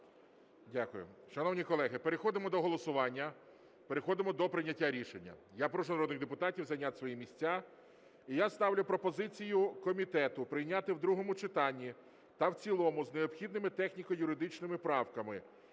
Дякую. Шановні колеги, переходимо до голосування, переходимо до прийняття рішення. Я прошу народних депутатів зайняти свої місця. І я ставлю пропозицію комітету прийняти в другому читанні та в цілому з необхідними техніко-юридичними правками